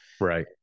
right